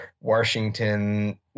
Washington